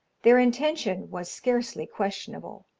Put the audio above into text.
their intention was scarcely questionable,